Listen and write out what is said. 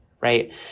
right